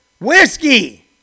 Whiskey